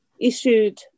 issued